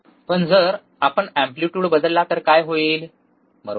पण जर आपण अँप्लिटयूड बदलला तर काय होईल बरोबर